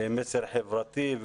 מסר חברתי,